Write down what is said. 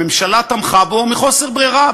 הממשלה תמכה בו מחוסר ברירה,